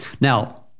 Now